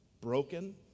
broken